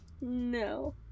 No